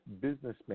businessman